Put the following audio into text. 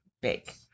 bake